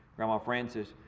grandma francis,